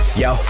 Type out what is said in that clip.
yo